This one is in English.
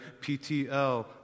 ptl